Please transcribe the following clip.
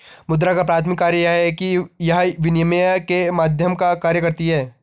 मुद्रा का प्राथमिक कार्य यह है कि यह विनिमय के माध्यम का कार्य करती है